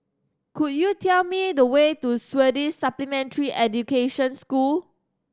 could you tell me the way to Swedish Supplementary Education School